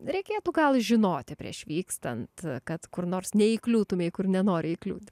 reikėtų gal žinoti prieš vykstant kad kur nors neįkliūtumei kur nenori įkliūti